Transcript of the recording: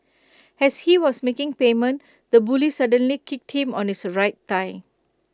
as he was making payment the bully suddenly kicked him on his right thigh